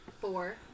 four